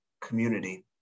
community